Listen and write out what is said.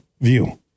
view